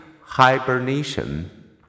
hibernation